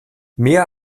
mehr